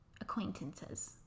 acquaintances